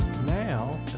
Now